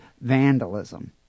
vandalism